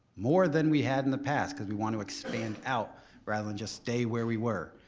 more than we had in the past because we want to expand out rather than just stay where we were.